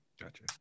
Gotcha